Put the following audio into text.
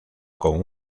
con